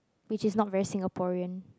which is not very Singaporean